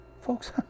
Folks